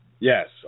Yes